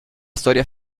storia